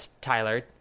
Tyler